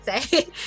say